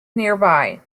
nearby